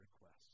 requests